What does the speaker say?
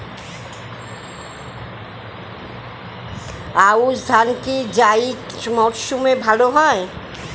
আউশ ধান কি জায়িদ মরসুমে ভালো হয়?